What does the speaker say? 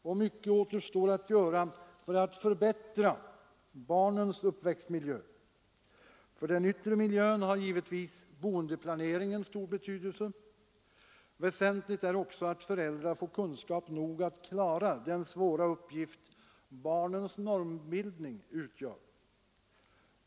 Och mycket återstår att göra för att förbättra barnens uppväxtmiljö. För den yttre miljön har givetvis boendeplaneringen stor betydelse. Väsentligt är också att föräldrar får kunskap nog att klara den svåra uppgift barnens normbildning utgör.